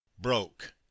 broke